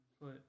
put